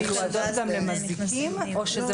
אם זה